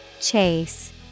Chase